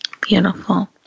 Beautiful